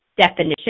definition